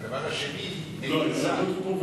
והדבר השני, נעצר.